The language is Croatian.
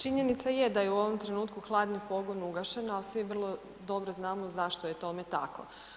Činjenica je da je u ovom trenutku hladni pogon ugašen, ali svi vrlo dobro znamo zašto je tome tako.